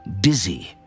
dizzy